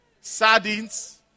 Sardines